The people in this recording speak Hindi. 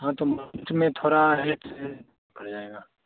हाँ तो में थोड़ा रेट पड़ा जाएगा